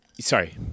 Sorry